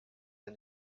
pas